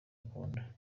akunda